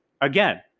again